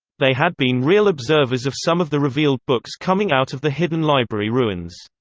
they had been real observers of some of the revealed books coming out of the hidden library ruins.